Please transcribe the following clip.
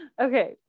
okay